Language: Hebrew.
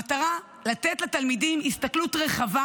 המטרה לתת לתלמידים הסתכלות רחבה